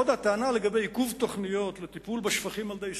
עוד טענה: לגבי עיכוב תוכניות לטיפול בשפכים על-ידי ישראל.